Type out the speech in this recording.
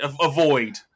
avoid